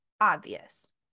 obvious